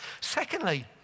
Secondly